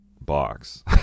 box